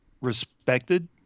respected